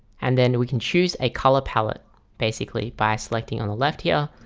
and then we can choose a color palette basically by selecting on the left here,